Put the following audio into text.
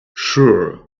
sure